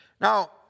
Now